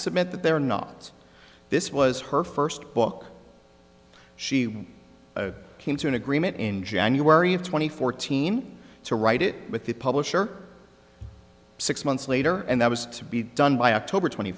submit that they're not this was her first book she came to an agreement in january of two thousand and fourteen to write it with the publisher six months later and that was to be done by october twenty